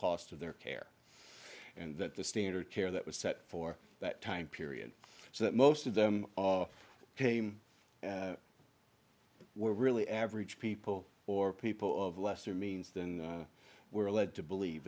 cost of their care and that the standard care that was set for that time period so that most of them came were really average people or people of lesser means than we're led to believe